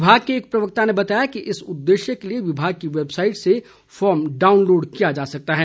विभाग के एक प्रवक्ता ने बताया कि इस उद्देश्य के लिए विभाग की वेबसाईट से फॉर्म डाउनलोड किया जा सकता है